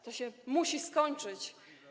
To się musi skończyć.